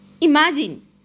imagine